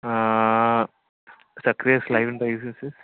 driving licences